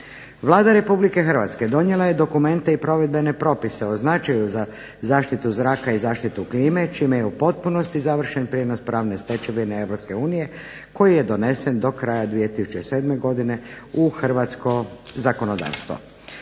Vlada Republike Hrvatske donijela je dokumente i provedbene propise o značaju za zaštitu zraka i zaštitu klime čime je u potpunosti završen prijenos pravne stečevine Europske unije koji je donesen do kraja 2007. godine u Hrvatsko zakonodavstvo.